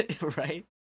right